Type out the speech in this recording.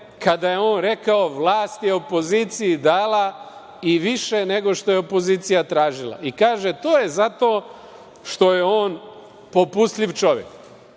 kada je on rekao – vlast je opoziciji dala i više nego što je opozicija tražila. Kaže, to je zato što je on popustljiv čovek.